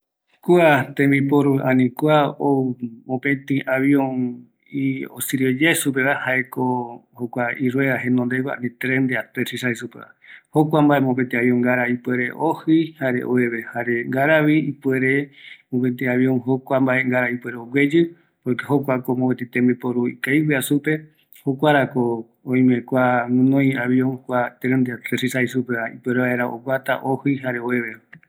Avion reta jembiporu jaeko kua iruera reta guinoï jenonde, jare jaikuekotɨva, kuare jaereta ojɨi ovevetayeve, jare kuare ogueyɨ yave ojɨrɨ ojo opɨta regua, kua mbae ngara ikavi